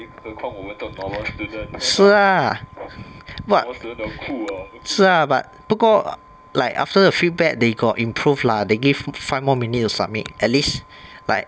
是 lah but 是 lah but 不过 like after the feedback they got improve lah they give five more minute to submit at least like